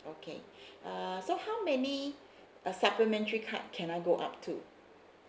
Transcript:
okay uh so how many uh supplementary card can I go up to